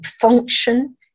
Function